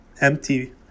empty